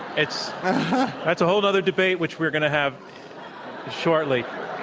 it's that's a whole nother debate which we're going to have shortly.